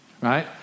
right